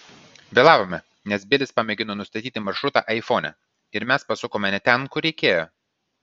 vėlavome nes bilis pamėgino nustatyti maršrutą aifone ir mes pasukome ne ten kur reikėjo